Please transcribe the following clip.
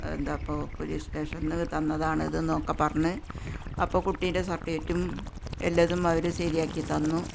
എന്താണപ്പോള് police സ്റ്റേഷനില്നിന്ന് തന്നതാണിതെന്നൊക്കെ പറഞ്ഞ് അപ്പോള് കുട്ടീന്റെ സര്ട്ടിഫിക്കറ്റും എല്ലതും അവര് ശരിയാക്കിത്തന്നു